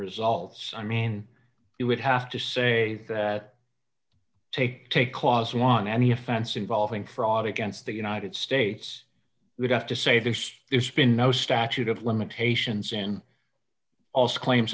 results i mean it would have to say that take take laws on any offense involving fraud against the united states would have to say there's there's been no statute of limitations and also claim